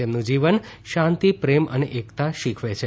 તેમનું જીવન શાંતિ પ્રેમ અને એકતા શીખવે છે